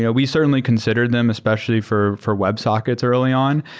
ah we certainly consider them especially for for websockets early on,